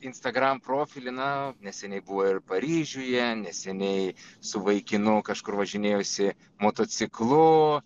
instagram profilį na neseniai buvo ir paryžiuje neseniai su vaikinu kažkur važinėjosi motociklu